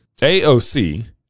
AOC